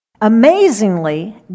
Amazingly